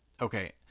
okay